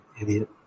idiot